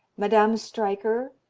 madame streicher,